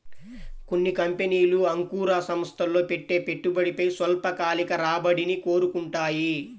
కొన్ని కంపెనీలు అంకుర సంస్థల్లో పెట్టే పెట్టుబడిపై స్వల్పకాలిక రాబడిని కోరుకుంటాయి